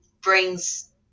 brings